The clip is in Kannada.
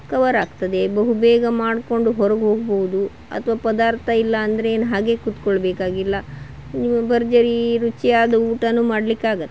ಕವರಾಗ್ತದೆ ಬಹುಬೇಗ ಮಾಡ್ಕೊಂಡು ಹೊರಗೋಗ್ಬೋದು ಅಥ್ವಾ ಪದಾರ್ಥ ಇಲ್ಲ ಅಂದರೆ ಏನು ಹಾಗೇ ಕೂತ್ಕೊಳ್ಬೇಕಾಗಿಲ್ಲ ಭರ್ಜರೀ ರುಚಿಯಾದ ಊಟವೂ ಮಾಡಲಿಕ್ಕಾಗುತ್ತೆ